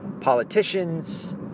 politicians